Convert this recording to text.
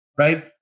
right